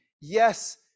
Yes